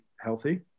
healthy